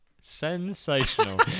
sensational